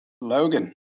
Logan